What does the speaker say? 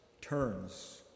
turns